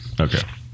Okay